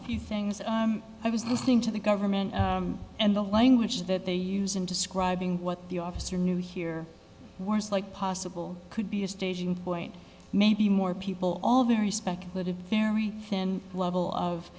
a few things i was listening to the government and the language that they use in describing what the officer knew here words like possible could be a staging point maybe more people all very speculative very level of